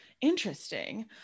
Interesting